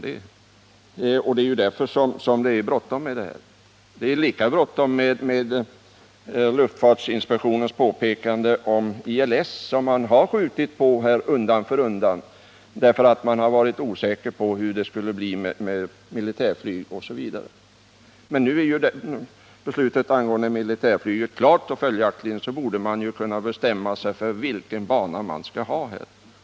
Det är ju därför som det är bråttom med denna fråga. Det är lika bråttom när det gäller luftfartsinspektionens påpekande om ILS, som man har skjutit på undan för undan därför att man har varit osäker på hur det skulle bli med militärflyget osv. Men nu är ju beslutet angående militärflyget klart, och följaktligen borde man kunna bestämma sig för vilken bana man skall ha.